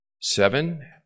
Seven